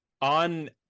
on